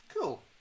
cool